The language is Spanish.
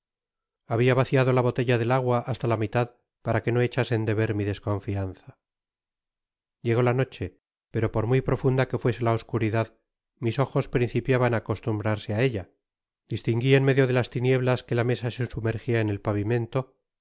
habia vaciado la botetla del agua hasta la mitad para que no echasen de ver mi desconfianza llegó la noche pero por muy profunda que fuese la oscuridad mis ojos principiaban á acostumbrarse á ella distingui en medio de las tinieblas que la mesa se sumergia en el pavimento